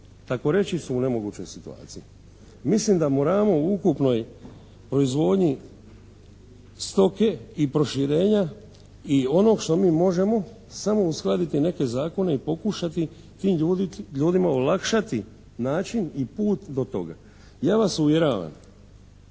takoreći su u nemogućoj situaciji. Mislim da moramo u ukupnoj proizvodnji stoke i proširenja i onog što mi možemo samo uskladiti neke zakone i pokušati tim ljudima olakšati način i put do toga. Ja vas uvjeravam